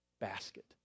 basket